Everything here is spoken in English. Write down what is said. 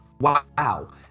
Wow